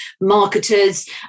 marketers